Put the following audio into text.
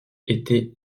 était